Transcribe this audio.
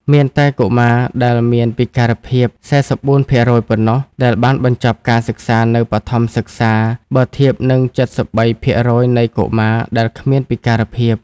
មានតែកុមារដែលមានពិការភាព ៤៤ ភាគរយប៉ុណ្ណោះដែលបានបញ្ចប់ការសិក្សានៅបឋមសិក្សា បើធៀបនឹង ៧៣ ភាគរយនៃកុមារដែលគ្មានពិការភាព។